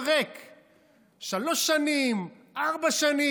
איפה השר?